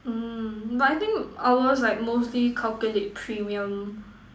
mm but I think ours like mostly calculate premium